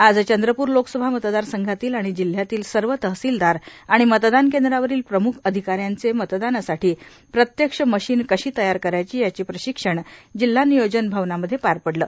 आज चंद्रपूर लोकसभा मतदारसंघातील आणि जिल्ह्यातील सर्व तहसीलदार आणि मतदान केंद्रावरील प्रमुख अधिकाऱ्यांचे मतदानासाठी प्रत्यक्ष मशीन कशी तयार करायची याचे प्रशिक्षण जिल्हा नियोजन भवनामध्ये पार पडले